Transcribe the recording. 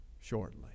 shortly